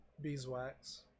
beeswax